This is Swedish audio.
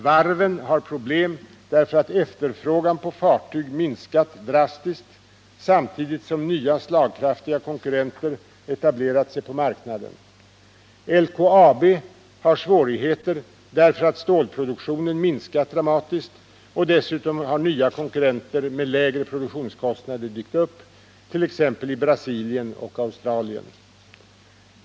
Varven har problem därför att efterfrågan på fartyg minskat drastiskt samtidigt som nya slagkraftiga konkurrenter etablerat sig på marknaden. LKAB har svårigheter därför att stålproduktionen minskat dramatiskt, och dessutom har nya konkurrenter med lägre produktionskostnader dykt upp, t.ex. i Brasilien och Australien.